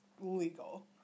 legal